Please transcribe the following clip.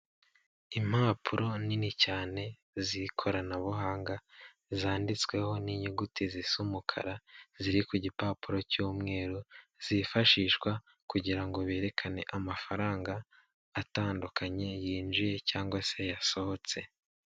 Impapuro nini cyane z'ikoranabuhanga zanditsweho n'inyuguti z'umukara, ziri ku gipapuro cy'umweru, zifashishwa kugira ngo berekane amafaranga atandukanye yinjiye cyangwa se yasohotse.